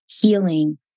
healing